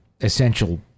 essential